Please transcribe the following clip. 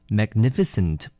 magnificent